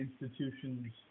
institution's